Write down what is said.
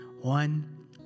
One